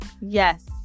Yes